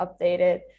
updated